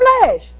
flesh